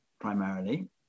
primarily